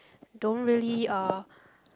don't really uh